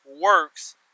works